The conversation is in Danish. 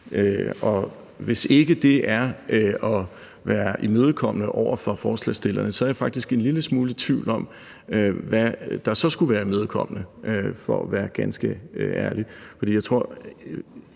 hvis ikke det er at være imødekommende over for forslagsstillerne, er jeg faktisk en lille smule i tvivl om, hvad der så skulle være imødekommende – for at være ganske